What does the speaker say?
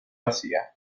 asia